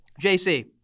JC